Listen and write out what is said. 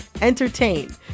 entertain